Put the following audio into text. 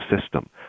system